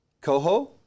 Coho